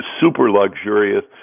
super-luxurious